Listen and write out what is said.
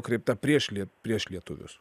nukreipta prieš lie prieš lietuvius